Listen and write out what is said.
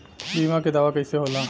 बीमा के दावा कईसे होला?